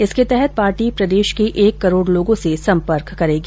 इसके तहत पार्टी प्रदेष के एक करोड लोगों से संपर्क करेगी